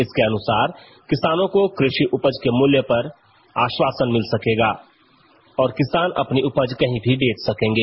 इसके अनुसार किसानों को कृषि उपज के मूल्य का आश्वासन मिल सकेगा और किसान अपनी उपज कहीं भी बेच सकेंगे